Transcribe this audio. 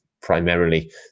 primarily